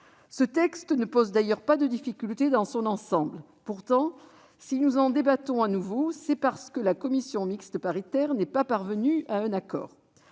Ce texte ne pose d'ailleurs aucune difficulté dans son ensemble. Pourtant, si nous en débattons de nouveau, c'est parce que la commission mixte paritaire n'est pas parvenue à un accord.